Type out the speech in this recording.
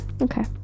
Okay